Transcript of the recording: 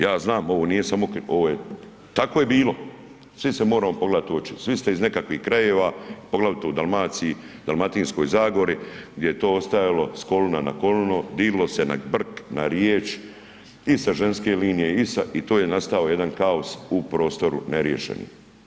Ja znam, ovo nije samo, tako je bilo, svi se moramo pogledati u oči, svi ste iz nekakvih krajeva poglavito u Dalmaciji, Dalmatinskoj zagori gdje je to ostajalo s kolino na kolino, dililo se na brk, na riječ i sa ženske linije i to je nastao jedan kaos u prostoru neriješeni.